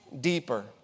deeper